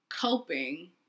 coping